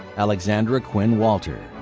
alexandra quinn walter.